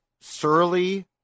Surly